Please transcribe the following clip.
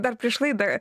dar prieš laidą